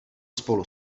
spolu